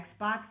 Xbox